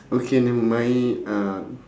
okay never mind uh